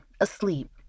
asleep